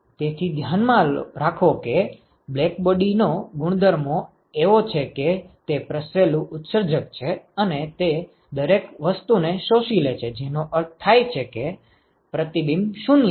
તેથી ધ્યાનમાં રાખો કે બ્લેકબોડી નો ગુણધર્મો એવો છે કે તે પ્રસરેલું ઉત્સર્જક છે અને તે દરેક વસ્તુને શોષી લે છે જેનો અર્થ થાય છે પ્રતિબિંબ 0 છે